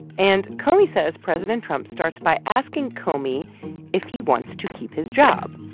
and comey says president trump starts by asking comey if he wants to keep his job.